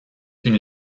une